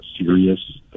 serious